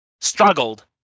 struggled